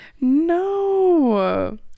No